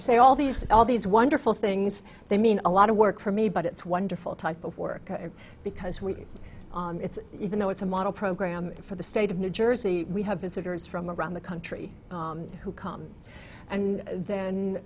say all these all these wonderful things they mean a lot of work for me but it's wonderful type of work because we it's even though it's a model program for the state of new jersey we have visitors from around the country who come and then